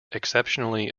exceptionally